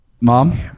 mom